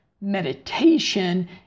meditation